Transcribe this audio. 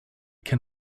can